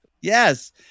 Yes